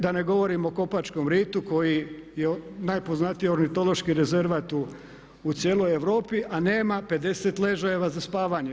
Da ne govorim o Kopačkom ritu koji je najpoznatiji ornitološki rezervat u cijeloj Europi, a nema 50 ležajeva za spavanje.